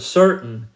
certain